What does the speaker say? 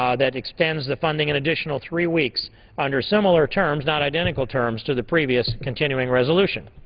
um that extends the funding an additional three weeks under similar terms, not identical terms, to the previous continuing resolution.